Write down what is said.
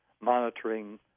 monitoring